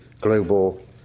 global